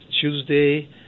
Tuesday